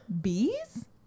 bees